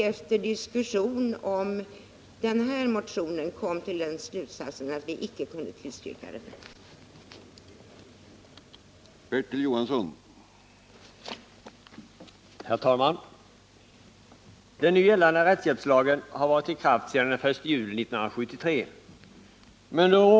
Efter våra utredningar och diskussioner kom vi emellertid till slutsatsen att vi inte kunde tillstyrka den här motionen.